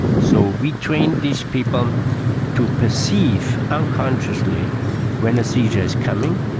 so we trained these people to perceive unconsciously when a seizure is coming,